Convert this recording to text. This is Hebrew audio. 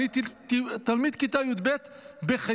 אני תלמיד כיתה י"ב בחיפה,